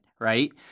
right